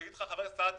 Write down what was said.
יגיד לך חבר הכנסת סעדי